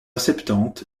septante